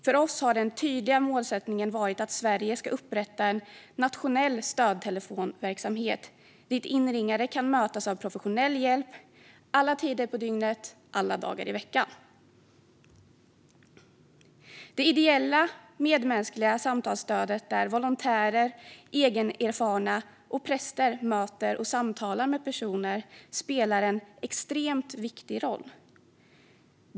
För oss har den tydliga målsättningen varit att Sverige ska upprätta en nationell stödtelefonverksamhet där inringare kan mötas av professionell hjälp alla tider på dygnet, alla dagar i veckan. Det ideella medmänskliga samtalsstödet, där volontärer, egenerfarna och präster möter och samtalar med personer, spelar en extremt viktig roll.